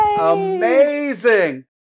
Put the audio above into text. Amazing